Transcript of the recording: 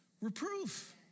reproof